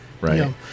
right